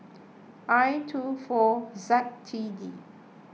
I two four Z T D